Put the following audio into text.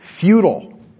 futile